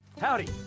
Howdy